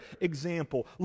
example